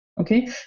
Okay